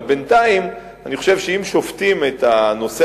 אבל בינתיים אני חושב שאם שופטים את הנושא